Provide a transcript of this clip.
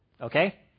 Okay